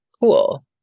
Cool